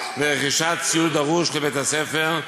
ורכישת ציוד דרוש לבית-הספר,